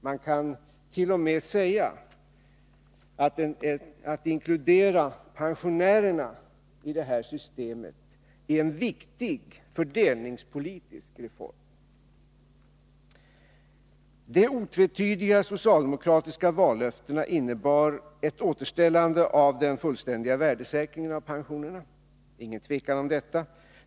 Man kan t.o.m. säga, att det är en viktig fördelningspolitisk reform att inkludera pensionärerna i det här systemet. De otvetydiga socialdemokratiska vallöftena innebar ett återställande av den fullständiga värdesäkringen av pensionerna, det är inget tvivel om detta.